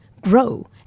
grow